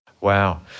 Wow